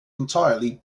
entirely